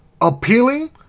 appealing